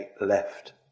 left